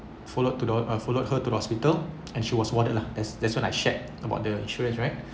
followed to the uh I followed her to the hospital and she was warded lah that's that's when I shared about the insurance right